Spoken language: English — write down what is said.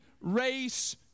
race